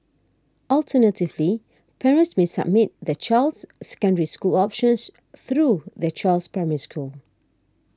alternatively parents may submit their child's Secondary School options through their child's Primary School